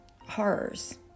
horrors